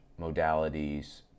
modalities